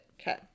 Okay